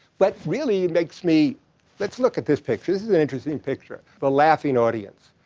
but really, it makes me let's look at this picture. this is an interesting picture, the laughing audience.